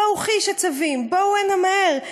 / בואו חיש, הצבים, בואו הנה מהר.